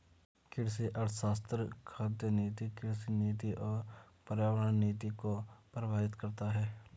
कृषि अर्थशास्त्र खाद्य नीति, कृषि नीति और पर्यावरण नीति को प्रभावित करता है